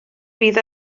fydd